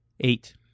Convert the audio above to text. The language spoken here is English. eight